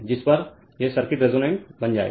जिस पर यह सर्किट रेसोनेन्ट बन जाएगा